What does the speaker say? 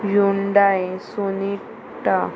Hyundai Sonata